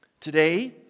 Today